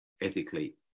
ethically